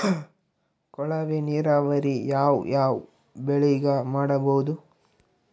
ಕೊಳವೆ ನೀರಾವರಿ ಯಾವ್ ಯಾವ್ ಬೆಳಿಗ ಮಾಡಬಹುದು?